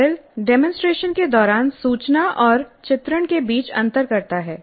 Merrill demonstration के दौरान सूचना और चित्रण के बीच अंतर करता है